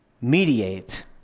mediate